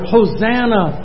Hosanna